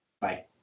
Bye